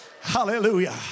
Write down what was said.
hallelujah